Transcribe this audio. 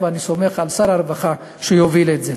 ואני סומך על שר הרווחה שיוביל את זה.